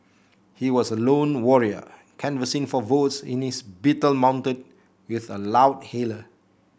he was a lone warrior canvassing for votes in his Beetle mounted with a loudhailer